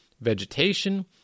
vegetation